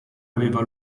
aveva